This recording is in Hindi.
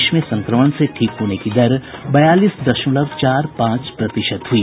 देश में संक्रमण से ठीक होने की दर बयालीस दशमलव चार पांच प्रतिशत हुई